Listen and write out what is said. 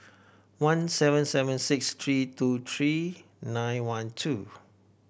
one seven seven six three two three nine one two